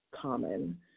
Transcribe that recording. common